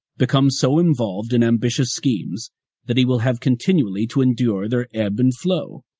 become so involved in ambitious schemes that he will have continually to endure their ebb and flow.